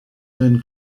then